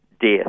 death